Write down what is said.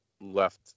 left